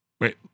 wait